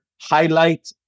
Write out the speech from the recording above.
Highlight